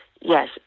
yes